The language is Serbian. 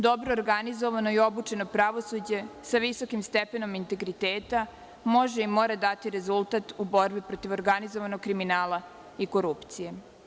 Dobro organizovano i obučeno pravosuđe sa visokim stepenom integriteta može i mora dati rezultat u borbi protiv organizovanog kriminala i korupcije.